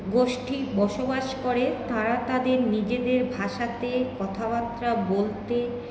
গোষ্ঠী বসবাস করে তারা তাদের নিজেদের ভাষাতে কথাবার্তা বলতে